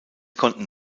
konnten